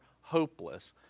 hopeless